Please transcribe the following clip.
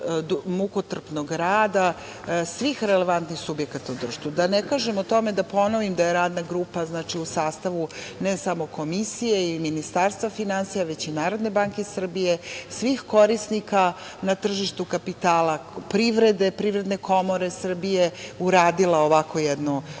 mukotrpnog rada svih relevantnih subjekata u društvu, da ne kažem o tome da ponovim da je radna grupa u sastavu ne samo komisije i Ministarstva finansija, već i Narodne banke Srbije, svih korisnika na tržištu kapitala, privrede, Privredne komore Srbije, uradila ovakav jedan